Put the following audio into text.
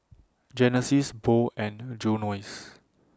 Genesis Bo and Junius